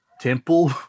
temple